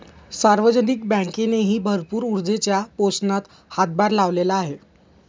सार्वजनिक बँकेनेही भरपूर ऊर्जेच्या पोषणात हातभार लावलेला आहे